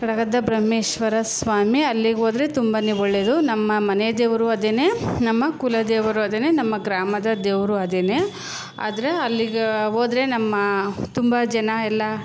ಕಡಗದ್ದ ಬ್ರಹ್ಮೇಶ್ವರ ಸ್ವಾಮಿ ಅಲ್ಲಿಗೆ ಹೋದ್ರೆ ತುಂಬನೇ ಒಳ್ಳೆಯದು ನಮ್ಮ ಮನೆ ದೇವರು ಅದೇನೆ ನಮ್ಮ ಕುಲದೇವರು ಅದೇನೆ ನಮ್ಮ ಗ್ರಾಮದ ದೇವರು ಅದೇನೆ ಆದರೆ ಅಲ್ಲಿಗೆ ಹೋದ್ರೆ ನಮ್ಮ ತುಂಬ ಜನ ಎಲ್ಲ